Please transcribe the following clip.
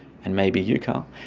and maybe you carl,